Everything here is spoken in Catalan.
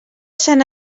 sant